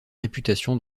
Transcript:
réputation